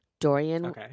Dorian